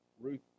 Ruth